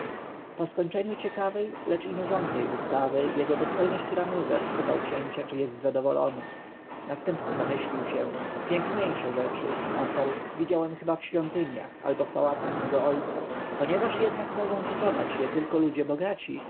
po skończeniu ciekawej lecz i nużącej wystawy jego dostojność ranuzer spytał księcia czy jest zadowolony następca zamyślił się piękniejsze rzeczy odparł widziałem chyba w świątyniach albo w pałacach mego ojca ponieważ jednak mogą kupować je tylko ludzie bogaci